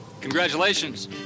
Congratulations